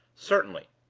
certainly.